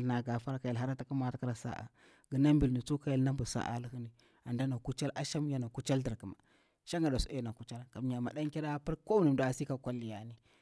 mwa a ta kira sa'a, mburma na bila tsawa ka hyel nala bur sa'a mwara wuti nɗa. Ana yana kuchelir asham yana kuchelir thirkima shangada, maɗanchar a kucheli nɗa pira ko wani nɗa a si ka kwaliya.